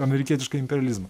amerikietiškąjį imperializmą